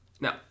Now